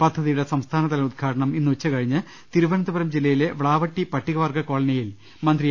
പദ്ധതിയുടെ സംസ്ഥാ നതല ഉദ്ഘാടനം ഇന്ന് ഉച്ചകഴിഞ്ഞ് തിരുവനന്തപുരം ജില്ലയിലെ വ്ളാവട്ടി പട്ടികവർഗ്ഗ കോളനിയിൽ മന്ത്രി എ